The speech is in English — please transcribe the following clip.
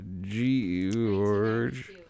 George